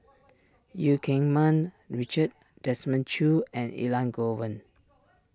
Eu Keng Mun Richard Desmond Choo and Elangovan